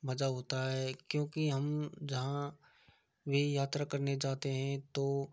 मज़ा होता है क्योंकि हम जहाँ भी यात्रा करने जाते हैं तो